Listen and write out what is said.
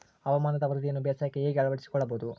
ಹವಾಮಾನದ ವರದಿಯನ್ನು ಬೇಸಾಯಕ್ಕೆ ಹೇಗೆ ಅಳವಡಿಸಿಕೊಳ್ಳಬಹುದು?